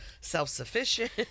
self-sufficient